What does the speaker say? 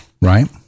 Right